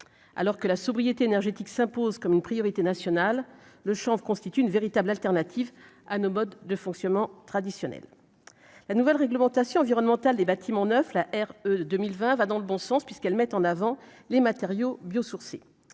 alors que la sobriété énergétique s'impose comme une priorité nationale, le chanvre, constitue une véritable alternative à nos modes de fonctionnement traditionnels, la nouvelle réglementation environnementale les bâtiments neufs, la R 2020, va dans le bon sens puisqu'elle met en avant les matériaux biosourcés